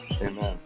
Amen